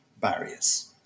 barriers